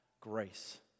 grace